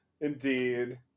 indeed